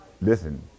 Listen